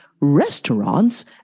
restaurants